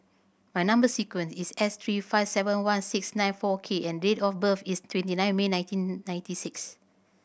my number sequence is S three five seven one six nine four K and date of birth is twenty nine May nineteen ninety six